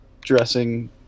dressing